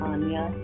Anya